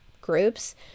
groups